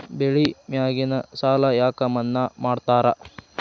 ಬೆಳಿ ಮ್ಯಾಗಿನ ಸಾಲ ಯಾಕ ಮನ್ನಾ ಮಾಡ್ತಾರ?